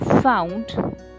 found